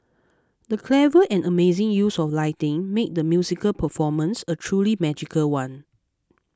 the clever and amazing use of lighting made the musical performance a truly magical one